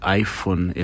iPhone